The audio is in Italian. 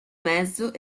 mezzo